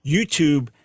YouTube